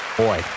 boy